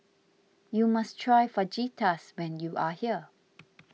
you must try Fajitas when you are here